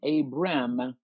Abram